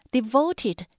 Devoted